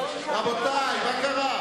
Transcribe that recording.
רבותי, מה קרה פה?